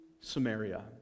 Samaria